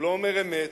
הוא לא אומר אמת,